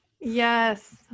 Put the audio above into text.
Yes